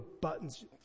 buttons